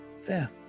Fair